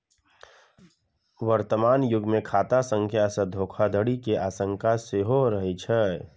वर्तमान युग मे खाता संख्या सं धोखाधड़ी के आशंका सेहो रहै छै